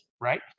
right